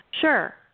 sure